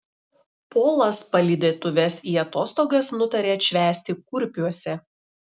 polas palydėtuves į atostogas nutarė atšvęsti kurpiuose